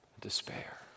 despair